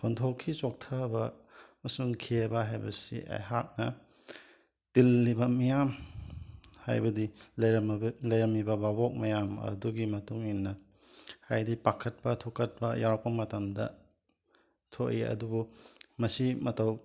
ꯈꯣꯟꯊꯣꯛꯀꯤ ꯆꯣꯛꯊꯕ ꯑꯃꯁꯨꯡ ꯈꯦꯕ ꯍꯥꯏꯕꯁꯤ ꯑꯩꯍꯥꯛꯅ ꯇꯤꯜꯂꯤꯕ ꯃꯤꯌꯥꯝ ꯍꯥꯏꯕꯗꯤ ꯂꯩꯔꯝꯃꯒ ꯂꯩꯔꯝꯃꯤꯕ ꯕꯥꯕꯣꯛ ꯃꯌꯥꯝ ꯑꯗꯨꯒꯤ ꯃꯇꯨꯡ ꯏꯟꯅ ꯍꯥꯏꯗꯤ ꯄꯥꯈꯠꯄ ꯊꯨꯀꯠꯄ ꯌꯥꯎꯔꯛꯄ ꯃꯇꯝꯗ ꯊꯣꯏ ꯑꯗꯨꯕꯨ ꯃꯁꯤ ꯃꯇꯧ